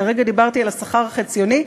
כרגע דיברתי על השכר החציוני,